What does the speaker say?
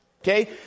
Okay